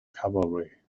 cavalry